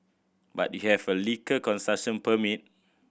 but you have a liquor consumption permit